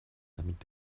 damit